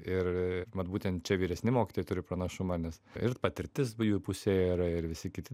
ir vat būtent čia vyresni mokytojai turi pranašumą nes ir patirtis jų pusėje yra ir visi kiti